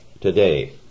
today